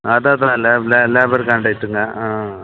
அதான் அதான் labour labour கான்ட்ரேக்டுங்க ஆ